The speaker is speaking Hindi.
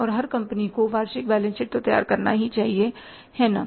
और हर कंपनी को वार्षिक बैलेंस शीट तैयार करना चाहिए है ना